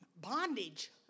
bondage